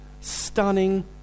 stunning